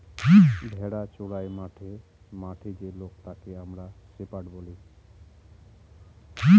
ভেড়া চোরাই মাঠে মাঠে যে লোক তাকে আমরা শেপার্ড বলি